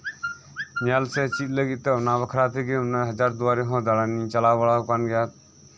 ᱧᱮᱞ ᱢᱮᱥᱮ ᱪᱮᱫ ᱞᱟᱹᱜᱤᱫ ᱛᱮ ᱚᱱᱟ ᱵᱟᱠᱷᱨᱟ ᱛᱮᱜᱮ ᱚᱱᱟ ᱦᱟᱡᱟᱨ ᱫᱩᱭᱟᱨᱤ ᱦᱚᱸ ᱫᱟᱬᱟᱱᱤᱧ ᱪᱟᱞᱟᱣ ᱵᱟᱲᱟ ᱠᱟᱱ ᱜᱮᱭᱟ